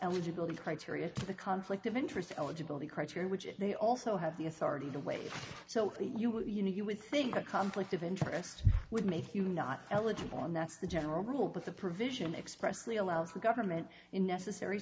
eligibility criteria to the conflict of interest eligibility criteria which they also have the authority to wage so you would you know you would think a conflict of interest would make you not eligible and that's the general rule but the provision expressly allows for government in necessary